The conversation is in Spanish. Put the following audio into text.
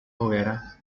hogueras